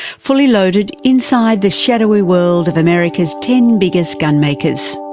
fully loaded inside the shadowy world of america's ten biggest gunmakers.